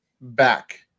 back